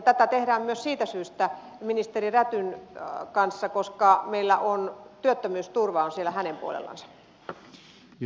tätä tehdään myös siitä syystä ministeri rädyn kanssa koska työttömyysturva on siellä hänen puolellansa